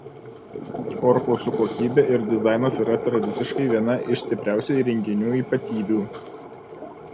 korpusų kokybė ir dizainas yra tradiciškai viena iš stipriausių įrenginių ypatybių